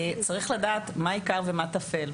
צריך לדעת מה עיקר ומה תפל.